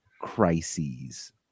crises